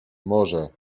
może